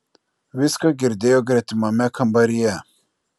viską girdėjo gretimame kambaryje